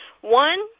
One